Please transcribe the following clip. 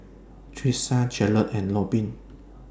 Trisha Jarred and Robyn